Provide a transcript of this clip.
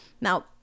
Now